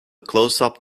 closeup